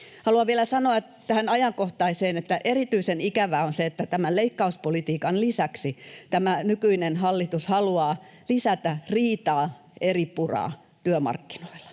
Haluan vielä sanoa tähän ajankohtaiseen, että erityisen ikävää on se, että tämän leikkauspolitiikan lisäksi tämä nykyinen hallitus haluaa lisätä riitaa, eripuraa, työmarkkinoilla.